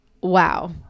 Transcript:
Wow